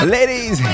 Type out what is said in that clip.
Ladies